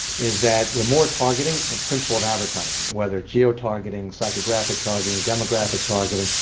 is that the more targeting and principle of advertising, whether geo-targeting, psychographic targeting, demographic targeting,